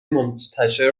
منتشر